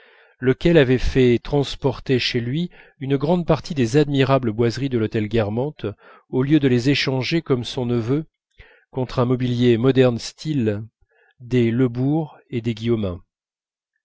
lequel avait fait transporter chez lui une grande partie des admirables boiseries de l'hôtel guermantes au lieu de les échanger comme son neveu contre un mobilier modern style des lebourg et des guillaumin